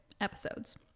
episodes